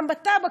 וגם בטבק,